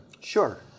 Sure